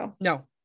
No